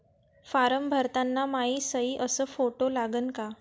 Form भरताना मायी सयी अस फोटो लागन का?